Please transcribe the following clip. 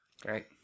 Great